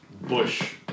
Bush